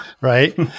right